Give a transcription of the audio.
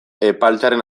epaltzaren